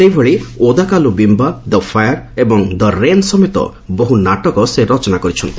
ସେହିଭଳି ଓଦାକାଲୁ ବିମ୍ବା ଦ ଫାୟାର୍ ଏବଂ ଦ ରେନ୍ ସମେତ ବହୁ ନାଟକ ସେ ରଚନା କରିଛନ୍ତି